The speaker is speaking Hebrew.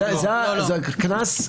זה הקנס.